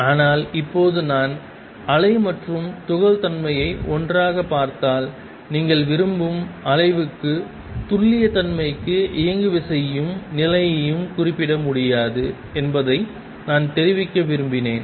ஆனால் இப்போது நான் அலை மற்றும் துகள் தன்மையை ஒன்றாகப் பார்த்தால் நீங்கள் விரும்பும் அளவுக்கு துல்லியத்தன்மைக்கு இயங்குவிசையையும் நிலையையும் குறிப்பிட முடியாது என்பதை நான் தெரிவிக்க விரும்பினேன்